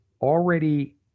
already